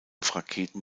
raketen